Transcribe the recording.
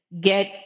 get